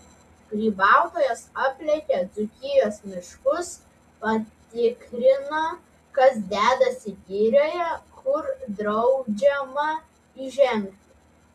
grybautojas aplėkė dzūkijos miškus patikrino kas dedasi girioje kur draudžiama įžengti